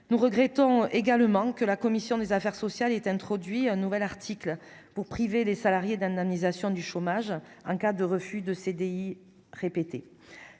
nous regrettons également que la commission des affaires sociales est introduit un nouvel article pour priver les salariés d'indemnisation du chômage en cas de refus de CDI répéter